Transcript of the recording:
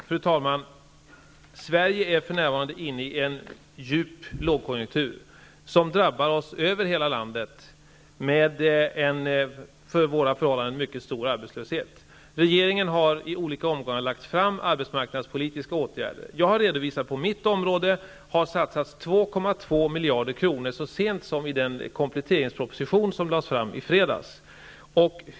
Fru talman! Sverige är för närvarande inne i en djup lågkonjunktur som drabbar hela landet med en för våra förhållanden mycket stor arbetslöshet. Regeringen har i olika omgångar föreslagit arbetsmarknadspolitiska åtgärder. Jag har redovisat att det på mitt område har satsats 2,2 miljarder kronor så sent som i den kompletteringsproposition som lades fram i fredags.